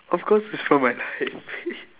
of course it's from my life